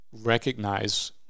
recognize